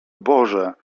boże